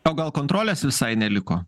o gal kontrolės visai neliko